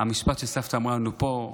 המשפט שסבתא אמרה לנו פה.